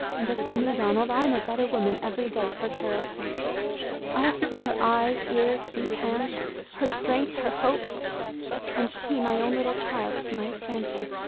and as for me, donald, i am a better woman every day for carol's sake i have to be her eyes, ears, feet, hands her strength, her hope and she, my own little child, is my example!